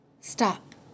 Stop